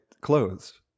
clothes